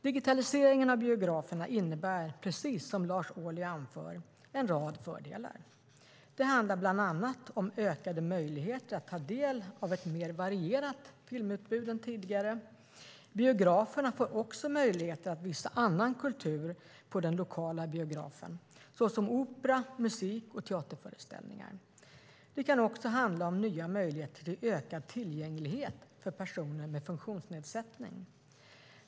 Digitaliseringen av biograferna innebär, precis som Lars Ohly anför, en rad fördelar. Det handlar bland annat om ökade möjligheter att ta del av ett mer varierat filmutbud än tidigare. Biograferna får också möjligheter att visa annan kultur på den lokala biografen, såsom opera-, musik och teaterföreställningar. Det kan också handla om nya möjligheter till ökad tillgänglighet för personer med funktionsnedsättning.